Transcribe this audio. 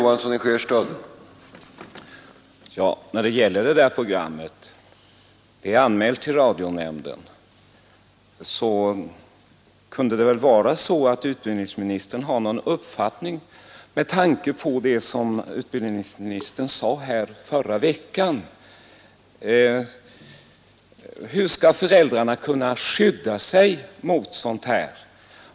Herr talman! Utbildningsministern kunde väl ändå ha någon uppfattning om det program som det här gäller — och som är anmält till radionämnden — med tanke på vad utbildningsministern sade i riksdagen förra veckan. Hur skall föräldrarna kunna skydda sina barn mot sådana program?